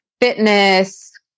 fitness